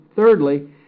thirdly